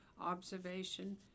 observation